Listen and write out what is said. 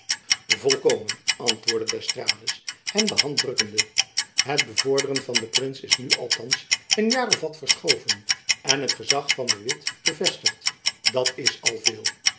volkomen antwoordde d'estrades hem de hand drukkende het bevorderen van den prins is nu nog althands een jaar of wat verschoven en het gezach van de witt bevestigd dat is al veel